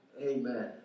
Amen